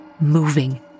moving